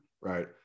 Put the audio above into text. right